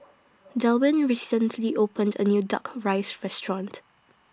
Delwin recently opened A New Duck Rice Restaurant